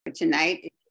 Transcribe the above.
tonight